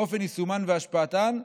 אופן יישומן והשפעתן,